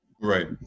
Right